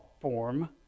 form